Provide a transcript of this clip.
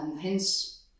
hence